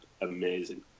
amazing